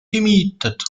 gemietet